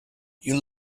you